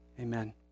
Amen